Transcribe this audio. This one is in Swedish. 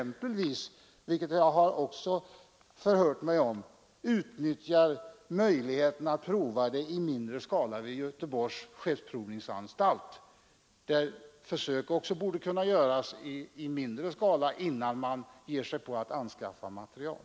Man kan också utnyttja möjligheten att i mindre skala prova materiel vid Göteborgs skeppsprovningsanstalt innan man anskaffar ifrågavarande materiel.